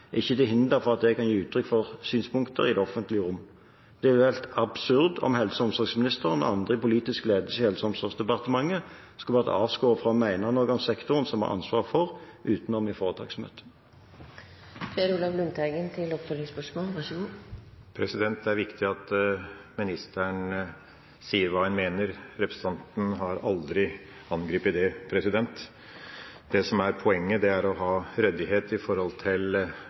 er ikke til hinder for at jeg kan gi uttrykk for synspunkter i det offentlige rom. Det ville vært absurd om helse- og omsorgsministeren og andre i politisk ledelse i Helse- og omsorgsdepartementet skulle vært avskåret fra å mene noe om sektoren som vi har ansvar for, utenom i foretaksmøte. Det er viktig at ministeren sier hva han mener. Jeg har aldri angrepet det. Det som er poenget, er å ha ryddighet i forhold til